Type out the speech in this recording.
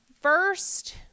first